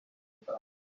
itatu